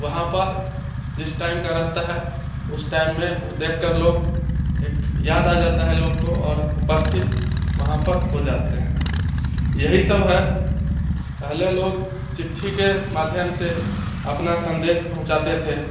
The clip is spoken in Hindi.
वहाँ पर जिस टाइम का रहता है उस टाइम में वप देखकर लोग एक याद आ जाता है लोग को और उपस्थित वहाँ पर हो जाते हैं यही सब है पहले लोग चिट्ठी के माध्यम से अपना संदेश पहुँचाते थे